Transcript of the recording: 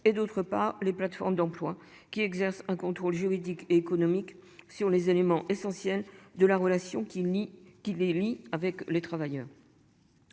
et d'autre part les plateformes d'emploi qui exercent un contrôle juridique et économique sur les éléments essentiels de la relation qu'il nie qui les lie avec les travailleurs.